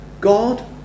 God